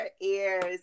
ears